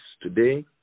today